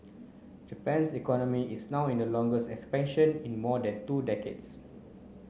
Japan's economy is now in the longest expansion in more than two decades